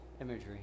imagery